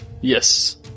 Yes